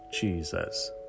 Jesus